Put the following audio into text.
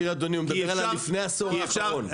אדוני, הוא מדבר על לפני העשור האחרון.